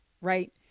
right